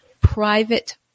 private